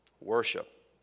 worship